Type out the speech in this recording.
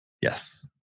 Yes